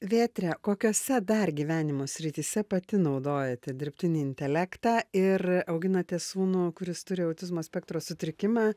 vėtre kokiose dar gyvenimo srityse pati naudojate dirbtinį intelektą ir auginate sūnų kuris turi autizmo spektro sutrikimą